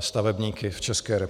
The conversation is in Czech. stavebníky v ČR.